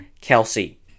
Kelsey